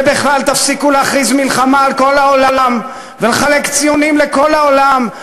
ובכלל תפסיקו להכריז מלחמה על כל העולם ולחלק ציונים לכל העולם.